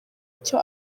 icyo